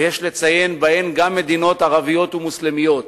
ויש לציין בהן גם מדינות ערביות ומוסלמיות,